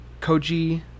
Koji